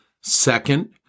Second